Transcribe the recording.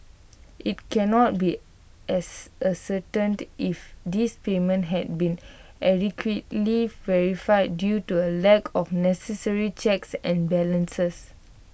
IT cannot be as A certain do if these payments had been adequately verified due to A lack of necessary checks and balances